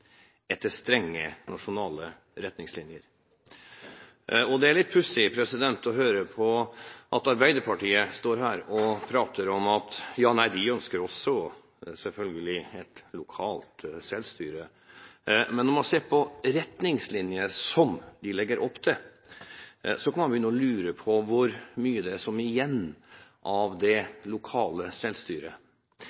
etter strenge nasjonale retningslinjer. Det er litt pussig å høre på at Arbeiderpartiet står her og prater om at de også selvfølgelig ønsker lokalt selvstyre, men når man ser på retningslinjene som de legger opp til, kan man begynne å lure på hvor mye som er igjen av det